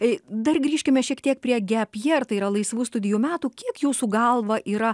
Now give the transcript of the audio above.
dar grįžkime šiek tiek prie gap year tai yra laisvų studijų metų kiek jūsų galva yra